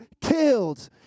killed